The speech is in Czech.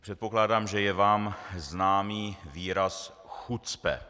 Předpokládám, že je vám známý výraz chucpe.